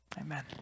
Amen